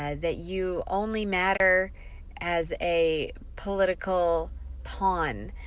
ah that you only matter as a political pawn.